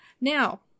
Now